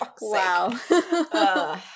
Wow